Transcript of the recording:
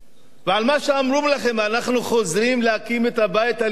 ועל מה שאמרו לכם: אנחנו חוזרים להקים את הבית הלאומי